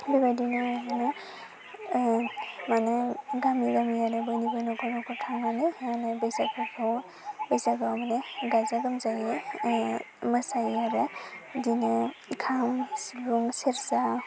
बेबायदिनो जोङो माने गामि गामि आरो बयनिबो न'खर न'खर थांनानै मा होनो बैसागुखौ बैसागुआव माने गाजा गोमजायै मोसायो आरो बिदिनो खाम सिफुं सेरजा